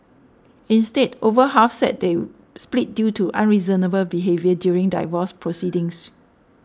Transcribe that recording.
instead over half said they split due to unreasonable behaviour during divorce proceedings